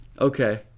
Okay